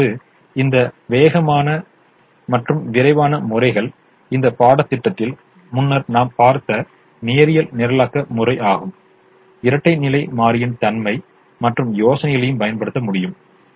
இப்போது இந்த வேகமான மற்றும் விரைவான முறைகள் இந்த பாடத்திட்டத்தில் முன்னர் நாம் பார்த்த நேரியல் நிரலாக்க முறை இரட்டை நிலை மாறியின் தன்மை மற்றும் யோசனைகளையும் பயன்படுத்த முடியும்